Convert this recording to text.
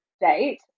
date